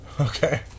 Okay